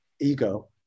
ego